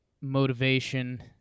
motivation